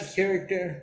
character